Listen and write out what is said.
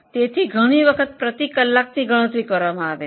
તેથી ઘણી વખતે પ્રતિ કલાકની ગણતરી કરવામાં આવે છે